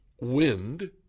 wind